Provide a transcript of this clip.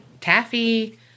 taffy